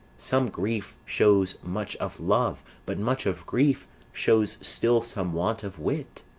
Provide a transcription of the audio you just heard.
some grief shows much of love but much of grief shows still some want of wit.